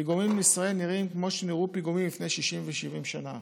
פיגומים בישראל נראים כמו שנראו פיגומים לפני 60 ו-70 שנה.